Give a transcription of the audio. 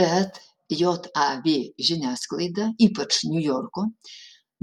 bet jav žiniasklaida ypač niujorko